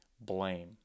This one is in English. blame